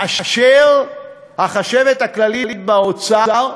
והחשבת הכללית באוצר,